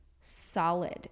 solid